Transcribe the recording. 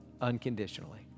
unconditionally